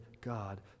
God